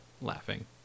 laughing